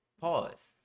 pause